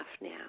now